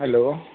hello